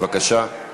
בבקשה.